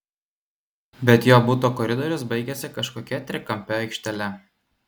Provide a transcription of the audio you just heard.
bet jo buto koridorius baigėsi kažkokia trikampe aikštele